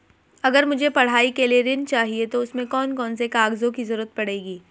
अगर मुझे पढ़ाई के लिए ऋण चाहिए तो उसमें कौन कौन से कागजों की जरूरत पड़ेगी?